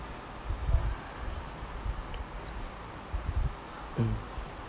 mm